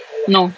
no